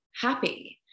happy